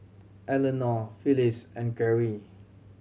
Elenore Phillis and Kerrie